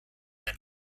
that